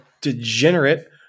degenerate